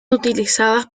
utilizadas